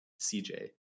CJ